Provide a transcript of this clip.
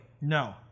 no